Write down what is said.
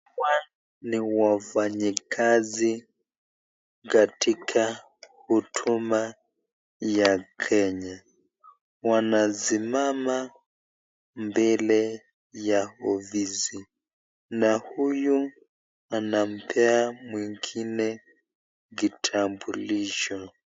Hawa ni wafanyikazi katika huduma ya kenya wanasimama mbele ya ofisi na huyu anampea mwingine kitambulisho.